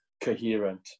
coherent